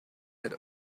had